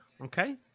okay